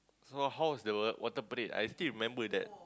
so how's the water parade I still remember that